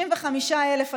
65,000,